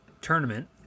tournament